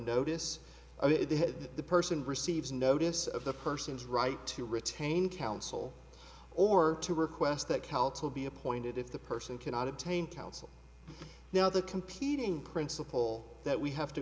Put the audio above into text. ahead the person receives a notice of the person's right to retain counsel or to request that calico be appointed if the person cannot obtain counsel now the competing principle that we have to